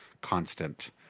constant